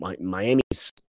Miami's